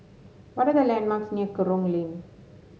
what are the landmarks near Kerong Lane